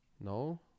No